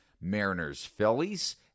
Mariners-Phillies